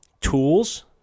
tools